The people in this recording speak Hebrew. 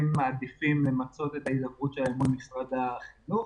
הם מעדיפים למצות את ההידברות שלהם מול משרד החינוך.